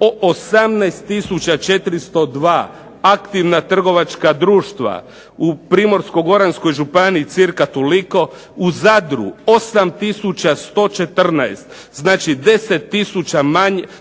18402 aktivna trgovačka društva u Primorsko-goranskoj županiji cirka toliko, u Zadru 8114. Znači,